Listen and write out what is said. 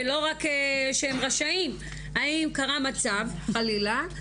ושהם לא רק רשאים, קרה מצב חלילה,